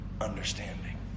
understanding